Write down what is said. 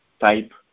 type